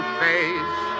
face